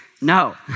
No